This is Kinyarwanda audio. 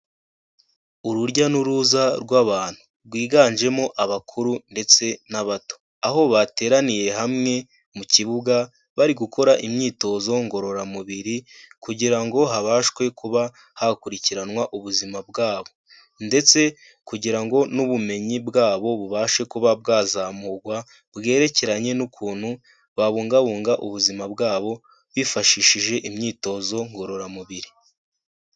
Urujya n'uruza rw'abantu. Rwiganjemo abakuru ndetse n'abato. Aho bateraniye hamwe mu kibuga, bari gukora imyitozo ngororamubiri kugira ngo habashwe kuba hakurikiranwa ubuzima bwabo ndetse kugira ngo n'ubumenyi bwabo bubashe kuba bwazamurwa, bwerekeranye n'ukuntu babungabunga ubuzima bwabo, bifashishije imyitozo ngororamubiri.